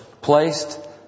placed